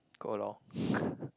go lor